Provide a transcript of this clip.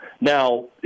Now